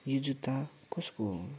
यो जुत्ता कसको हो